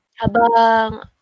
habang